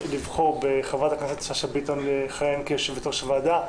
לבחור בחברת הכנסת שאשא ביטון לכהן כיושבת-ראש הוועדה.